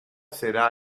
será